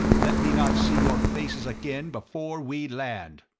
let me not see your faces again before we land!